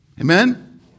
Amen